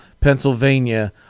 Pennsylvania